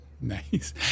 Nice